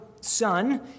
Son